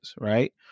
right